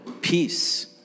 peace